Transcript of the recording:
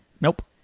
Nope